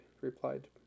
replied